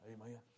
amen